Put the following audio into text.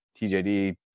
TJD